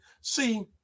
See